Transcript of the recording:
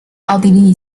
奥地利